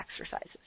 exercises